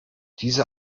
diese